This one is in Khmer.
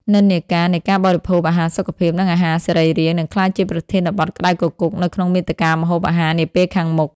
និន្នាការនៃការបរិភោគអាហារសុខភាព និងអាហារសរីរាង្គ នឹងក្លាយជាប្រធានបទក្តៅគគុកនៅក្នុងមាតិកាម្ហូបអាហារនាពេលខាងមុខ។